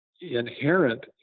inherent